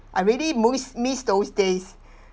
I really most miss those days